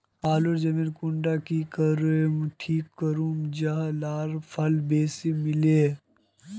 आलूर जमीन कुंडा की करे ठीक करूम जाहा लात्तिर फल बेसी मिले?